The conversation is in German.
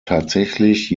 tatsächlich